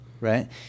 right